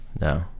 No